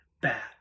bad